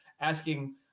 asking